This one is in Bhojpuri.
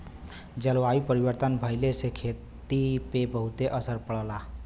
जलवायु परिवर्तन भइले से खेती पे बहुते असर पड़ला